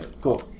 Cool